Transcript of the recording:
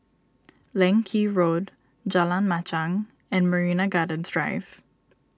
Leng Kee Road Jalan Machang and Marina Gardens Drive